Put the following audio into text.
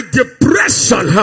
depression